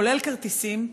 כולל כרטיסים,